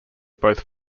both